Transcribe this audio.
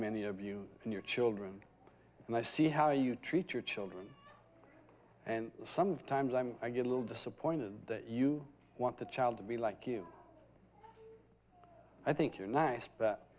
many of you and your children and i see how you treat your children and sometimes i'm i get a little disappointed that you want the child to be like you i think you're nice but